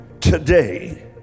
today